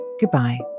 Goodbye